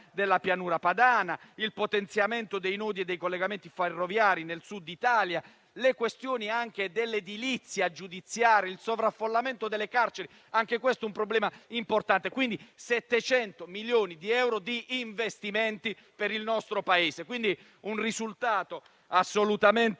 Un risultato assolutamente importante